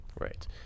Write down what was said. right